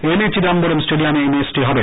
M A Chidambaram স্টেডিয়ামে এই ম্যাচটি হবে